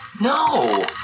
No